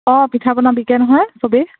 অঁ পিঠা পনা বিকে নহয় চবেই